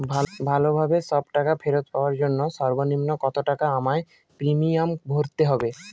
ভালোভাবে সব টাকা ফেরত পাওয়ার জন্য সর্বনিম্ন কতটাকা আমায় প্রিমিয়াম ভরতে হবে?